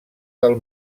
del